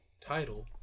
title